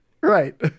right